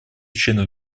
членов